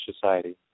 society